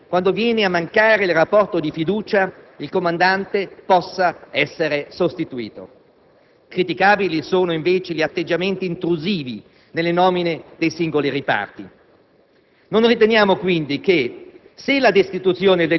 Sulla vicenda è ora necessario che la procura della Repubblica faccia il proprio lavoro con serenità e che, qualora emergano aspetti non condivisibili, l'Esecutivo e lo stesso vice ministro Visco prendano le opportune decisioni.